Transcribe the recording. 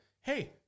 Hey